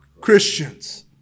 Christians